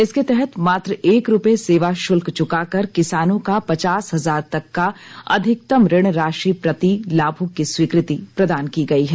इसके तहत मात्र एक रुपये सेवा शुल्क चुका कर किसानों का पचास हजार तक का अधिकतम ऋण राशि प्रति लाभुक की स्वीकृति प्रदान की गई है